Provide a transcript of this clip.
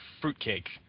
fruitcake